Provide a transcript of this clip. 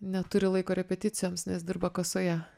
neturi laiko repeticijoms nes dirba kasoje